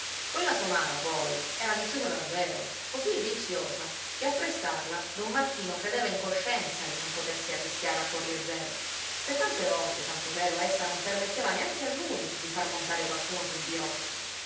quella somara poi era viziosa davvero cosí viziosa che a prestarla don marchino credeva in coscienza di non potersi arrischiare a cuor leggero se tante volte santo cielo essa non permetteva neanche a lui di far montare qualcuno sul biroccio